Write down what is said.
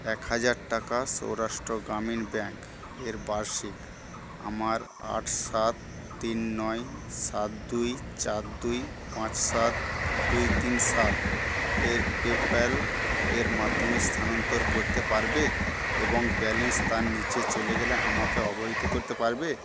এক হাজার টাকা সৌরাষ্ট্র গ্রামীণ ব্যাঙ্ক এর বার্ষিক আমার আট সাত তিন নয় সাত দুই চার দুই পাঁচ সাত দুই তিন সাত এর পেপ্যাল এর মাধ্যমে স্থানান্তর করতে পারবে এবং ব্যালেন্স তার নিচে চলে গেলে আমাকে অবহিত করতে পারবে